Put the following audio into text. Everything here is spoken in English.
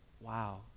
Wow